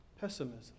pessimism